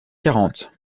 quarante